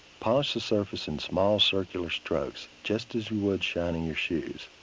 polish the surface in small circular strokes just as you would shining your shoes.